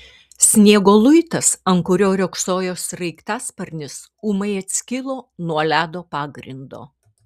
sniego luitas ant kurio riogsojo sraigtasparnis ūmai atskilo nuo ledo pagrindo